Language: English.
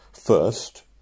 First